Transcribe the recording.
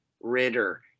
Ritter